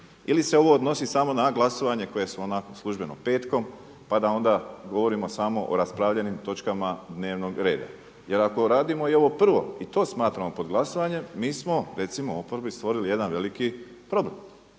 Ili se ovo odnosi samo na glasovanje koje je onako službeno petkom, pa da onda govorimo samo o raspravljenim točkama dnevnog reda. Jer ako radimo i ovo prvo i to smatramo pod glasovanjem mi smo recimo oporbi stvorili jedan veliki problem.